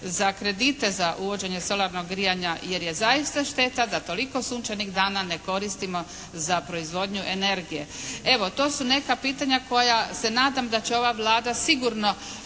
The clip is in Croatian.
za kredite za uvođenje solarnog grijanja jer je zaista šteta da toliko sunčanih dana ne koristimo za proizvodnju energije. Evo to su neka pitanja koja se nadam da će ova Vlada sigurno